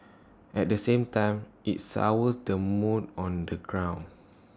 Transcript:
at the same time IT sours the mood on the ground